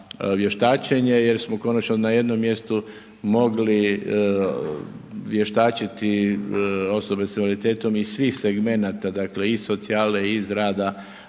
vještačenjem, jer smo konačno na jednom mjestu mogli vještačiti osobe s invaliditetom iz svih segmenata, dakle, i iz socijale, iz rada,